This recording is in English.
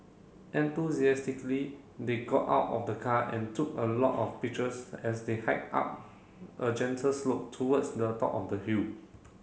enthusiastically they got out of the car and took a lot of pictures as they hiked up a gentle slope towards the top of the hill